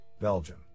Belgium